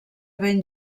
ben